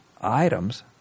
items